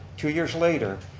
two years later,